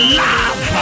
love